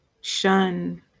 shun